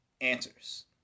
Answers